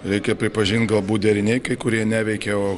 reikia pripažint galbūt deriniai kai kurie neveikia o